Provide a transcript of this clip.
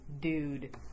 Dude